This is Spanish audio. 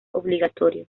obligatorio